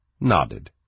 nodded